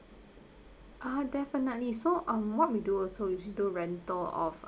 ah definitely so um what we do also we've do rental of